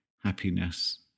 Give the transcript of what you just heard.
happiness